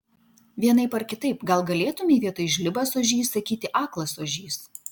vienaip ar kitaip gal galėtumei vietoj žlibas ožys sakyti aklas ožys